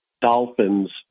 Dolphins